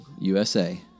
USA